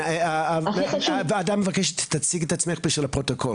אני מגישה את מוסף "הזמן הירוק"